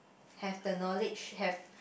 have the knowledge have